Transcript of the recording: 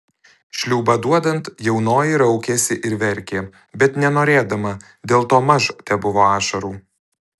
šliūbą duodant jaunoji raukėsi ir verkė bet nenorėdama dėl to maž tebuvo ašarų